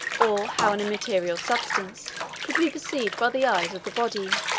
or how an immaterial substance could be perceived by the eyes of the body.